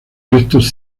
restos